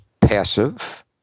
passive